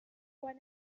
quan